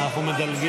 אז אנחנו עוברים